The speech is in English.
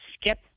skip